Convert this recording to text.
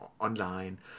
online